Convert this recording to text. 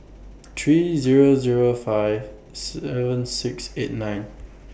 three Zero Zero five seven six eight nine